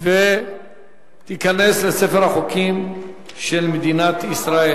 והחוק תיכנס לספר החוקים של מדינת ישראל.